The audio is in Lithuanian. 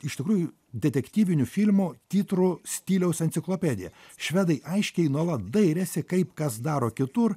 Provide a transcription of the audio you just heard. iš tikrųjų detektyvinių filmų titrų stiliaus enciklopedija švedai aiškiai nuolat dairėsi kaip kas daro kitur